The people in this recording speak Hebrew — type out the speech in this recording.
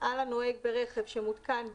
על הנוהג ברכב שמותקן בו,